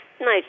nice